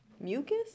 Mucus